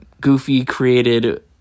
goofy-created